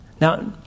Now